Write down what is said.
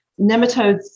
Nematodes